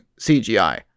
CGI